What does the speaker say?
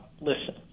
listen